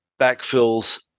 backfills